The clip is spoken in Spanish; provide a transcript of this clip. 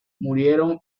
murieron